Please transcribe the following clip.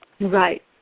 Right